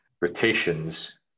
rotations